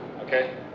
Okay